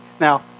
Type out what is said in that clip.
Now